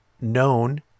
known